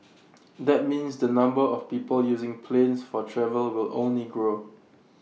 that means the number of people using planes for travel will only grow